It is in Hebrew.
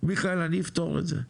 מיכאל אני אפתור את זה.